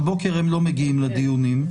בבוקר הם לא מגיעים לדיונים,